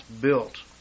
built